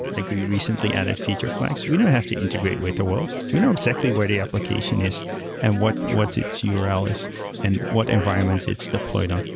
like we recently added feature flags, we don't have to integrate with the world. we know exactly where the application is and what what its ah url is and what environments it's deployed on.